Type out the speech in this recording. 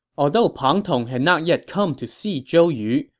although pang tong had not yet come to see zhou yu,